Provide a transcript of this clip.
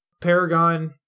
Paragon